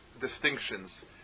distinctions